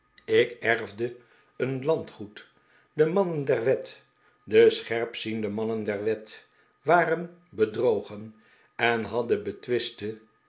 ik erfde een landgoed de mannen der wet de scherpziende mannen der wet waren bedrogen en hadden betwiste